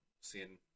seeing